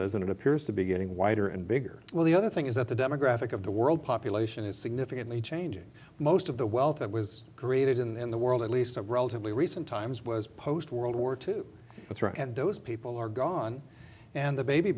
and it appears to be getting wider and bigger well the other thing is that the demographic of the world population is significantly changing most of the wealth that was created in the world at least a relatively recent times was post world war two that's right and those people are gone and the baby